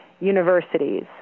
universities